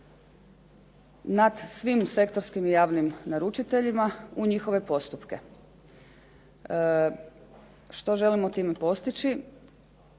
nad svim sektorskim i javnim naručiteljima u njihove postupke. Što želimo time postići?